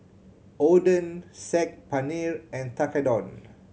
Oden Saag Paneer and Tekkadon